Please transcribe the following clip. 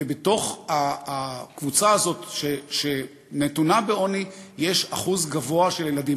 ובתוך הקבוצה הזאת שנתונה בעוני יש אחוז גבוה של ילדים.